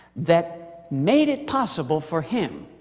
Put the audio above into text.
that made it possible for him